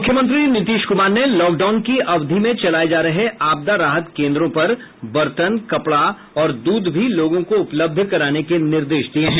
मुख्यमंत्री नीतीश कुमार ने lockdown की अवधि में चलाये जा रहे आपदा राहत केन्द्रों पर बर्तन कपड़ा और दूध भी लोगों को उपलब्ध कराने के निर्देश दिया है